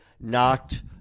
knocked